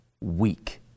weak